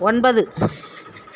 ஒன்பது